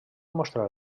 mostrar